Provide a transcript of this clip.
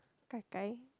Gai Gai